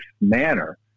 manner